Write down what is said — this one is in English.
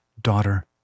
Daughter